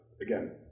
again